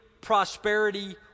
prosperity